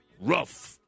rough